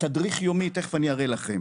תדריך יומי תיכף אני אראה לכם,